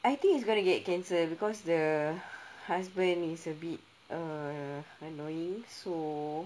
I think it's gonna get cancelled because the husband is a bit uh annoying so